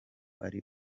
ari